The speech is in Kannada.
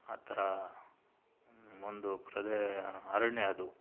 ಆ ಥರ ಒಂದು ಪ್ರದೇ ಅರಣ್ಯ ಅದು